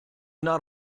not